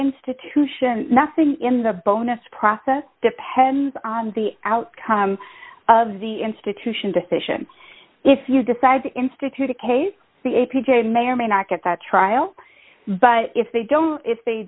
institution nothing in the bonus process depends on the outcome of the institution decision if you decide to institute a case the a p j may or may not get that trial but if they don't if they